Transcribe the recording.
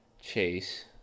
Chase